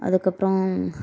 அதுக்கப்புறம்